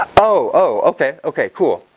oh oh, okay, okay cool,